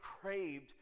craved